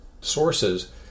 sources